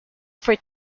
for